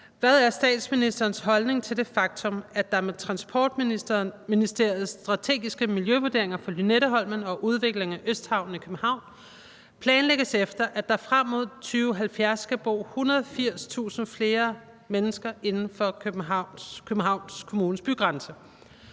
Hvad er statsministerens holdning til det faktum, at der med Transportministeriets strategiske miljøvurderinger for Lynetteholmen og udviklingen af Østhavnen i København planlægges efter, at der frem mod 2070 skal bo 180.000 flere mennesker inden for Københavns Kommunes bygrænse,